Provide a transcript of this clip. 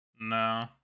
No